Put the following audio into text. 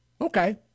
Okay